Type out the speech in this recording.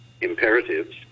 imperatives